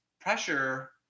pressure